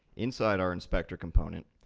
inside our inspector component,